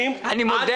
עד